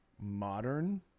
modern